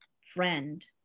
friend